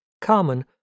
Carmen